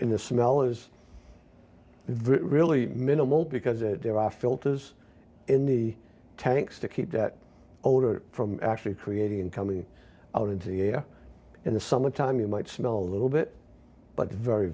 in the smell is really minimal because there are filters in the tanks to keep that odor from actually creating and coming out into the air in the summertime you might smell little bit but very